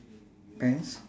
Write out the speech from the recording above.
pants